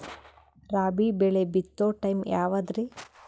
ರಾಬಿ ಬೆಳಿ ಬಿತ್ತೋ ಟೈಮ್ ಯಾವದ್ರಿ?